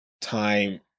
time